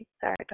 Sorry